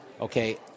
okay